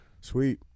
Sweet